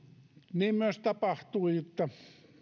niin myös tapahtui että